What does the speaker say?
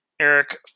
Eric